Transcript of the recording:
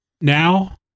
now